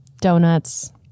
Donuts